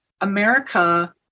America